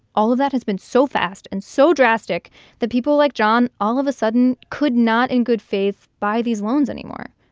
all of that has been so fast and so drastic that people like john all of a sudden could not in good faith buy these loans anymore.